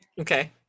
Okay